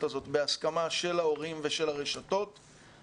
הזאת בהסכמה של ההורים ושל הרשתות,